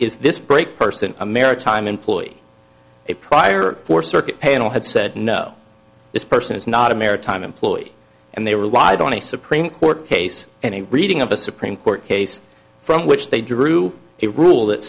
is this brake person a maritime employee a prior four circuit panel had said no this person is not a maritime employee and they relied on a supreme court case and a reading of a supreme court case from which they drew a rule that